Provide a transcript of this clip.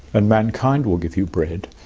and mankind will give you bread,